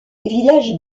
village